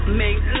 make